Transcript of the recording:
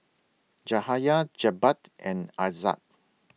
Jahaya Jebat and Aizat